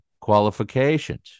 qualifications